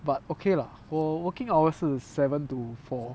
but okay lah 我 working hour 是 seven to four